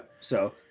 so-